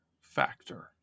factor